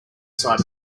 side